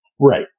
Right